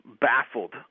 baffled